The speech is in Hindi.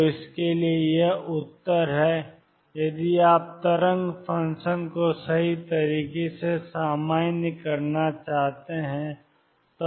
तो इसके लिए यह उत्तर है यदि आप तरंग फ़ंक्शन को सही तरीके से सामान्य करना चाहते हैं